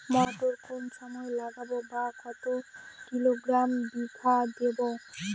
মটর কোন সময় লাগাবো বা কতো কিলোগ্রাম বিঘা দেবো?